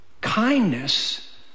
Kindness